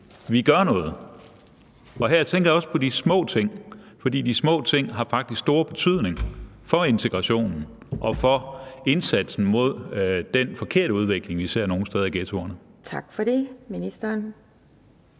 vi gør noget? Her tænker jeg også på de små ting, for de små ting har faktisk stor betydning for integrationen og for indsatsen mod den forkerte udvikling, vi ser nogle steder i ghettoerne. Kl. 17:35 Anden